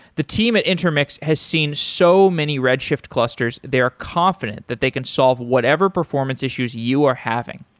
the team at intermix has seen so many red shift clusters that they are confident that they can solve whatever performance issues you are having.